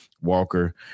Walker